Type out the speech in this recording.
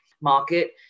market